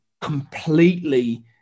completely